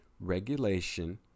regulation